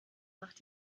macht